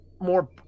more